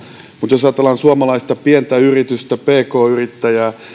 mutta jos ajatellaan suomalaista pientä yritystä pk yrittäjää